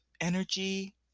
energy